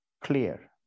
clear